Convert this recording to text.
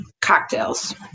cocktails